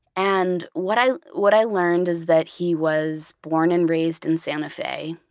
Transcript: and what i what i learned is that he was born and raised in santa fe,